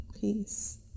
Peace